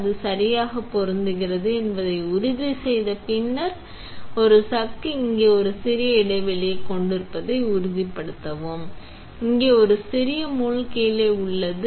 அதன் சரியாக பொருந்துகிறது என்பதை உறுதி செய்து பின்னர் ஒரு சக் இங்கே ஒரு சிறிய இடைவெளியைக் கொண்டிருப்பதை உறுதிப்படுத்தவும் இங்கே ஒரு சிறிய முள் கீழே உள்ளது